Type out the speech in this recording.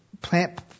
plant